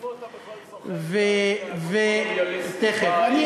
מאיפה אתה בכלל זוכר, התנהגות קולוניאליסטית?